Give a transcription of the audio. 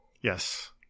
Yes